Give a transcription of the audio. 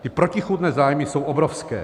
Ty protichůdné zájmy jsou obrovské.